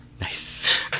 nice